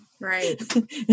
Right